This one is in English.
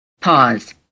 Pause